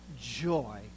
joy